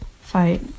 fight